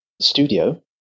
studio